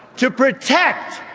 to protect.